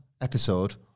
episode